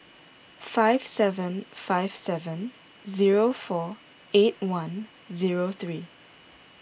five seven five seven zero four eight one zero three